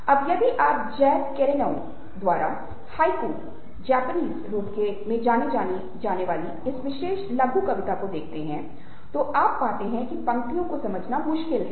अब यदि आप जैक केरौक द्वारा हाइकु जापानी रूप में जानी जाने वाली इस विशेष लघु कविता को देखते हैं तो आप पाते हैं कि पंक्तियों को समझना मुश्किल है